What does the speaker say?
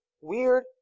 weird